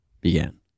began